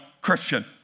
Christian